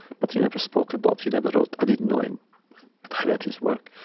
but he never spoke about he never wrote i didn't know him. i read his work.